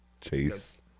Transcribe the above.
Chase